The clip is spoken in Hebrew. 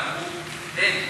מלמטה עד למעלה אמרו: אין,